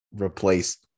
replace